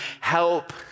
help